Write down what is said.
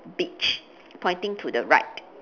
beach pointing to the right